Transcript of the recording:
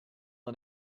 and